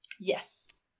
yes